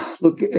Look